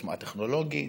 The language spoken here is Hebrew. בעוצמה הטכנולוגית,